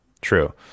true